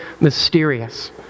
mysterious